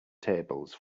tables